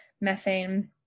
methane